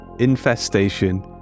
infestation